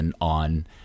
on